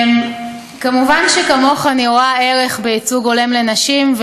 כמובן שכמוך אני רואה ערך בייצוג הולם לנשים,